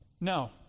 No